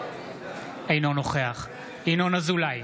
אינו נוכח ינון אזולאי,